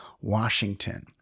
Washington